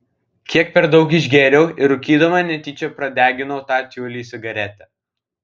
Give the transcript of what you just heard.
kiek per daug išgėriau ir rūkydama netyčia pradeginau tą tiulį cigarete